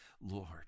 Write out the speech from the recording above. Lord